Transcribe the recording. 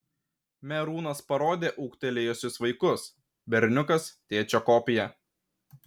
merūnas parodė ūgtelėjusius vaikus berniukas tėčio kopija